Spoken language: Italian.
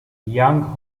yang